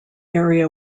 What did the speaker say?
area